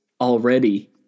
already